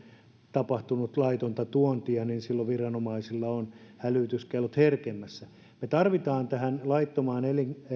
tapahtunut laitonta tuontia niin viranomaisilla on ollut hälytyskellot herkemmässä me tarvitsemme tähän laittomaan